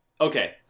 okay